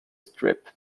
strip